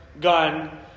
gun